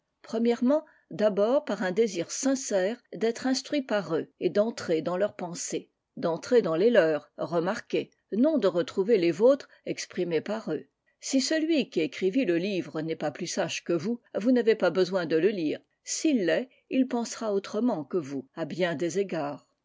d'abord par un désir sincère d'être instruits par eux et d'entrer dans leurs pensées d'entrer dans les leurs remarquez non de retrouver les vôtres exprimées par eux si celui qui écrivit le livre n'est pas plus sage que vous vous n'avez pas besoin de le lire s'il l'est il pensera autrement que vous à bien des égards